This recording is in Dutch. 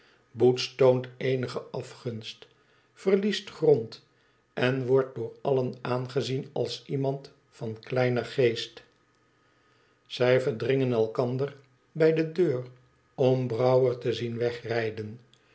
boots toont eenige afgunst verliest grond en wordt door allen aangezien als iemand van kleiner geest zij verdringen elkander bij de deur om brouwer te zien wegrijden